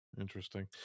Interesting